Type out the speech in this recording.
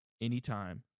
anytime